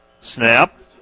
snap